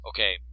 Okay